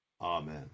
amen